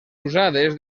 usades